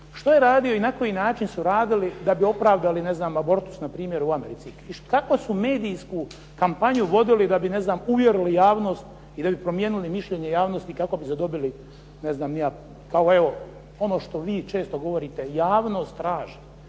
što je radio i na koji način su radili da bi opravdali abortus na primjer u Americi, i kakvu su medijsku kampanju vodili da bi uvjerili javnost i da bi promijenili mišljenje javnosti kako bi dobili, ono što vi često govorite, javnost traži.